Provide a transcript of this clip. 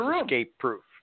escape-proof